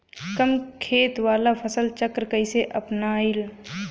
कम खेत वाला फसल चक्र कइसे अपनाइल?